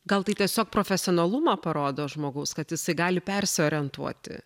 gal tai tiesiog profesionalumą parodo žmogaus kad jisai gali persiorientuoti